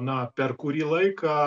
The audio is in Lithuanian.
na per kurį laiką